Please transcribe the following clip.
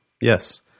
yes